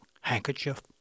handkerchief